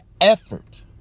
effort